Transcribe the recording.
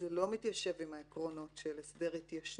זה לא מתיישב עם העקרונות של הסדר התיישנות.